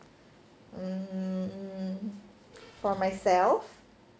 um for myself